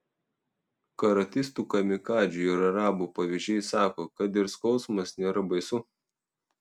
karatistų kamikadzių ir arabų pavyzdžiai sako kad ir skausmas nėra baisu